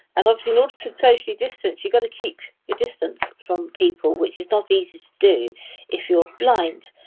and obviously in order to socially distance you've got to keep your distance from people, which is not easy to do if you're blind.